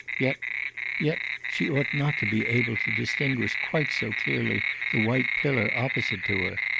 yet yet she ought not to be able to distinguish quite so clearly the white pillar opposite to her.